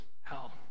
hell